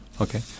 Okay